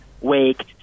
Wake